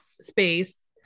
space